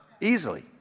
Easily